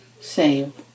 save